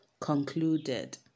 concluded